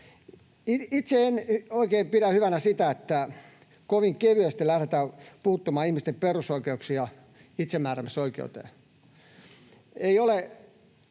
Itse en oikein pidä hyvänä sitä, että kovin kevyesti lähdetään puuttumaan ihmisten perusoikeuksiin ja itsemääräämisoikeuteen.